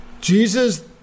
Jesus